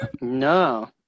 No